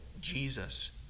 Jesus